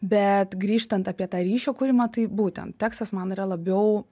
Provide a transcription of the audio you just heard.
bet grįžtant apie tą ryšio kūrimą tai būtent tekstas man yra labiau